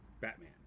Batman